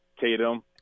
Tatum